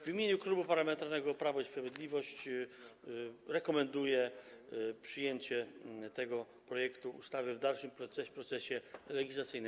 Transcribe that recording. W imieniu Klubu Parlamentarnego Prawo i Sprawiedliwość rekomenduję przyjęcie tego projektu ustawy w dalszym procesie legislacyjnym.